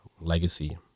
legacy